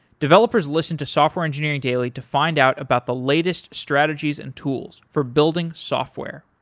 developers listen to software engineering daily to find out about the latest strategies and tools for building software.